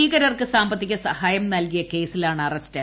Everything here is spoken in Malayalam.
ഭീകരർക്ക് സാമ്പത്തിക സഹായം നൽകിയ കേസിലാണ് ആസ്റ്റ്